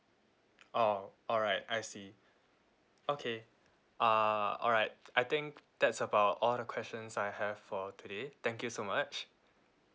orh alright I see okay uh alright I think that's about all the questions I have for today thank you so much